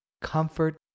Comfort